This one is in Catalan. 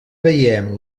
veiem